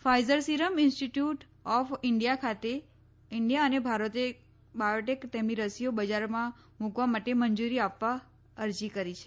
Pfizer Serum Institute of India અને ભારત બાયોટેકે તેમની રસીઓ બજારમાં મૂકવા માટે મંજૂરી આપવા અરજી કરી છે